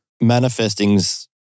manifesting's